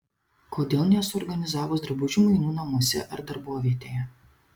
kodėl nesuorganizavus drabužių mainų namuose ar darbovietėje